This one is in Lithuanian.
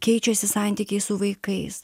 keičiasi santykiai su vaikais